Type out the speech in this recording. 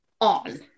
on